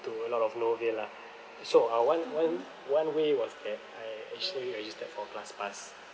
to a lot of no avail lah so ah one one one way was that I actually registered for class pass